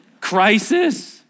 Crisis